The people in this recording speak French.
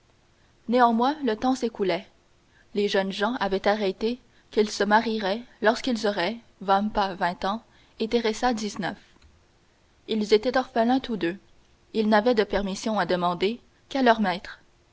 néanmoins le temps s'écoulait les deux jeunes gens avaient arrêté qu'ils se marieraient lorsqu'ils auraient vampa vingt ans et teresa dix-neuf ils étaient orphelins tous deux ils n'avaient de permission à demander qu'à leur maître